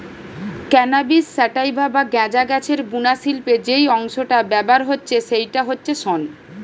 cannabis sativa বা গাঁজা গাছের বুনা শিল্পে যেই অংশটা ব্যাভার হচ্ছে সেইটা হচ্ছে শন